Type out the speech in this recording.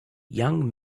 young